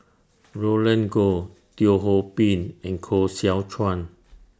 Roland Goh Teo Ho Pin and Koh Seow Chuan